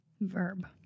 Verb